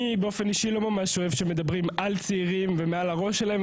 אני באופן אישי לא ממש אוהב שמדברים על צעירים ומעל הראש שלהם,